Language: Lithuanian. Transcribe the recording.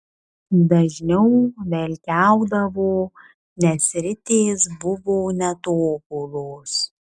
dažniau velkiaudavo nes ritės buvo netobulos